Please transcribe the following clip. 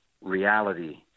reality